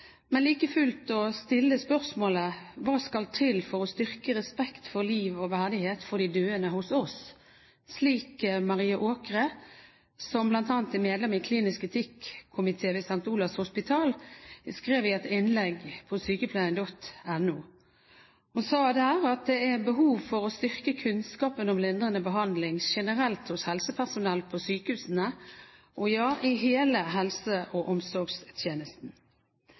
men like fullt om å stille spørsmålet: Hva skal til for å styrke respekten for liv og verdighet for de døende hos oss? – slik Marie Aakre, som bl.a. er medlem i den kliniske etikkomiteen ved St. Olavs hospital, skrev i et innlegg på Sykepleien.no. Hun sa der at det er behov for å styrke kunnskapen om lindrende behandling generelt hos helsepersonell på sykehusene, ja, i hele helse- og omsorgstjenesten.